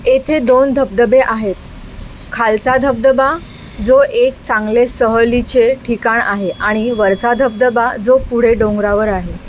येथे दोन धबधबे आहेत खालचा धबधबा जो एक चांगले सहलीचे ठिकाण आहे आणि वरचा धबधबा जो पुढे डोंगरावर आहे